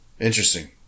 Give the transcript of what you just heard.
Interesting